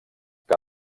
que